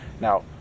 Now